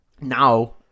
Now